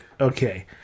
Okay